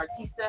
Artista